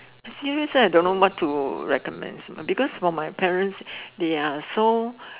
serious I don't know what to recommend because for my parents they are so